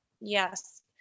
Yes